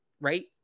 right